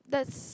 that's